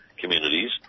communities